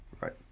Right